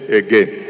again